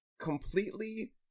completely